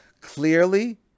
Clearly